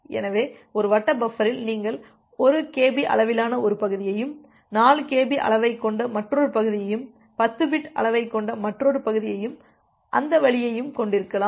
எனவே ஒரு வட்ட பஃபரில் நீங்கள் 1kb அளவிலான ஒரு பகுதியையும் 4kb அளவைக் கொண்ட மற்றொரு பகுதியையும் 10 பிட் அளவைக் கொண்ட மற்றொரு பகுதியையும் அந்த வழியையும் கொண்டிருக்கலாம்